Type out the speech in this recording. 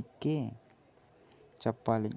ఇంకేటి చెప్పాలి